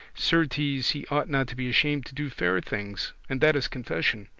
certes he ought not to be ashamed to do fair things, and that is confession.